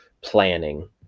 planning